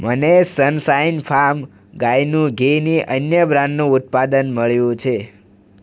મને Sunshine Farm ગાયનું ઘીની અન્ય બ્રાન્ડનું ઉત્પાદન મળ્યું છે